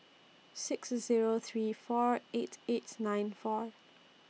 six Zero three four eight eight nine four